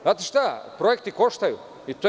Znate šta, projekti koštaju i to je